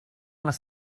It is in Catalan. les